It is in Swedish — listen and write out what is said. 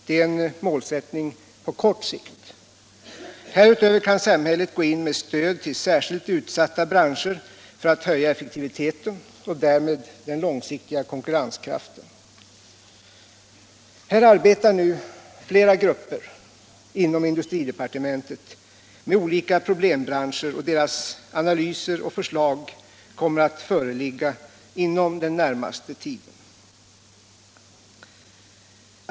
Det är en målsättning på kort sikt. Härutöver kan samhället gå in med stöd till särskilt utsatta branscher för att höja effektiviteten och därmed den långsiktiga konkurrenskraften. Här arbetar nu flera grupper inom industridepartementet med olika problembranscher, och deras analyser och förslag kommer att föreligga inom den närmaste tiden.